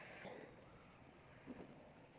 UPI mobile wallet से कैसे अलग और बेहतर है?